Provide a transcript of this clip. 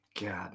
god